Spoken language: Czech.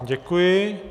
Děkuji.